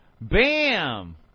bam